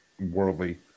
worldly